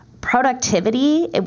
Productivity